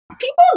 people